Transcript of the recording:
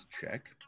check